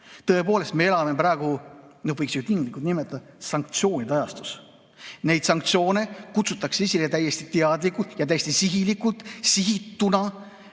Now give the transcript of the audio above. Tõepoolest, me elame praegu, võiks tinglikult nimetada, sanktsioonide ajastus. Neid sanktsioone kutsutakse esile täiesti teadlikult ja täiesti sihilikult, sihituna.